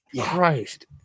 Christ